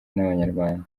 n’abanyarwanda